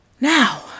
Now